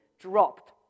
dropped